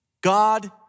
God